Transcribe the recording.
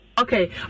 Okay